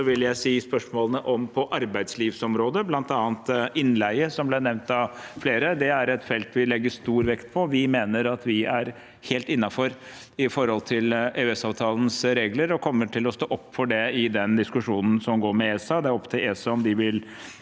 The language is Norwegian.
vil jeg si at spørsmålene på arbeidslivsområdet – bl.a. innleie, som ble nevnt av flere – er et felt vi legger stor vekt på. Vi mener at vi er helt innenfor EØS-avtalens regler og kommer til å stå for det i den diskusjonen som går med ESA. Det er opp til ESA om de vil